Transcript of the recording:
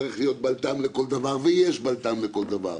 צריך להיות בלת"ם לכל דבר, ויש בלת"ם לכל דבר.